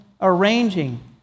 arranging